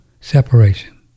separation